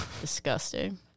Disgusting